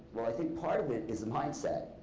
well i think part of it is mindset.